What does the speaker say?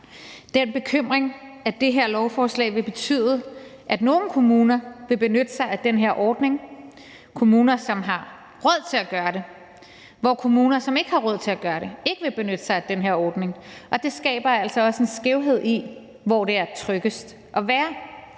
vi har den bekymring, at det her lovforslag vil betyde, at nogle kommuner vil benytte sig af den her ordning, nemlig kommuner, der har råd til at gøre det, hvorimod kommuner, som ikke har råd til at gøre det, ikke vil benytte sig af den her ordning. Det skaber altså også en skævhed i, hvor det er tryggest at være.